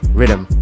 Rhythm